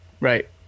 Right